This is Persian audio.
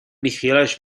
بیخیالش